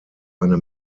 eine